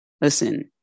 Listen